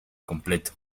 completo